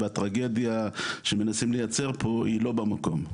והטרגדיה שמנסים לייצר פה היא לא במקום.